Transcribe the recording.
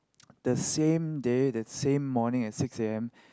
the same day that same morning at six A_M